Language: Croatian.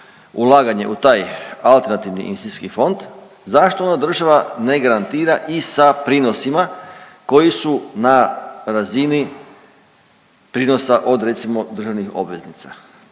ulaganje u taj AIF, zašto onda država ne garantira i sa prinosima koji su na razini prinosa od recimo državnih obveznica?